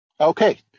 Okay